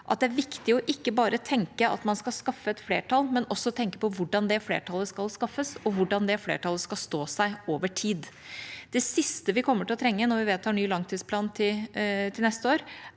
det er viktig å ikke bare tenke at man skal skaffe et flertall, men også å tenke på hvordan det flertallet skal skaffes, og hvordan det flertallet skal stå seg over tid. Det siste vi kommer til å trenge når vi vedtar ny langtidsplan til neste år,